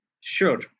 Sure